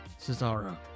Cesaro